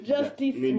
Justice